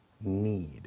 need